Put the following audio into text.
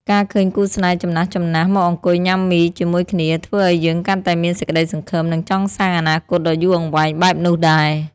ការឃើញគូស្នេហ៍ចំណាស់ៗមកអង្គុយញ៉ាំមីជាមួយគ្នា ធ្វើឱ្យយើងកាន់តែមានសេចក្តីសង្ឃឹម និងចង់សាងអនាគតដ៏យូរអង្វែងបែបនោះដែរ។